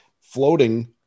floating